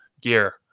gear